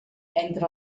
entre